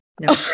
No